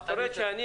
אני מקבל.